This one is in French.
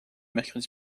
mercredi